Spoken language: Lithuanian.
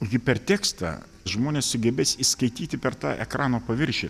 hipertekstą žmonės sugebės įskaityti per tą ekrano paviršių